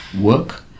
work